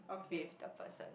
with the person